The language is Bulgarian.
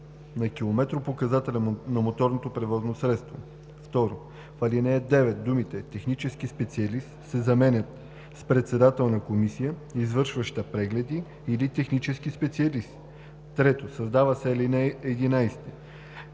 на километропоказателя на моторно превозно средство.“ 2. В ал. 9 думите „Технически специалист" се заменят с „Председател на комисия, извършваща прегледи или технически специалист“. 3. Създава се ал. 11: